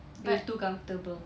you're too comfortable